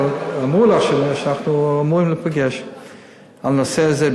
אבל אמרו לך שאנחנו אמורים להיפגש על הנושא הזה.